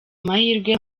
amahirwe